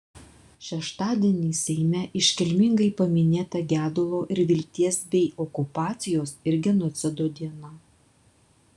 šeštadienį seime iškilmingai paminėta gedulo ir vilties bei okupacijos ir genocido diena